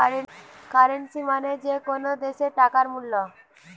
currency মানে যে কোনো দ্যাশের টাকার মূল্য